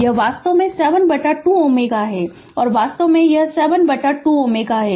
यह वास्तव में 7 बटा 2 Ω वास्तव में 7 बटा 2 Ω है